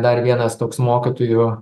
dar vienas toks mokytojų